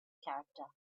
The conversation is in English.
character